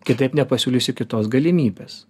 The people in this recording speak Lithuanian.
kitaip nepasiūlysi kitos galimybės